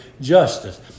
justice